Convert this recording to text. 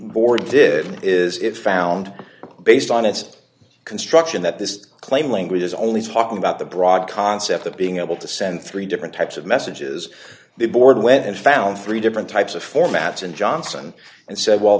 board did is it found based on its construction that this claim language is only talking about the broad concept of being able to send three different types of messages the board went and found three different types of formats and johnson and said well